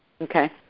Okay